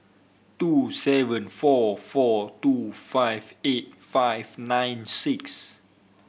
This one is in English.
two seven four four two five eight five nine six